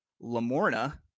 Lamorna